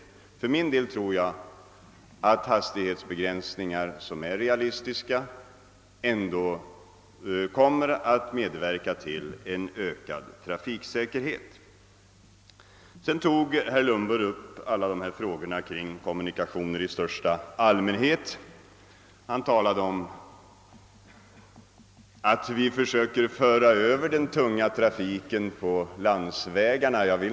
För min del tror jag att realistiska fartbegränsningar kommer att medverka till ökad trafiksäkerhet. Herr Lundberg tog vidare upp frågan om kommunikationerna i största allmänhet. Han sade att vi försöker föra över den tunga trafiken på landsvägarna.